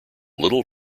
little